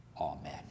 Amen